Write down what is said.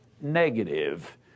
negative